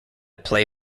play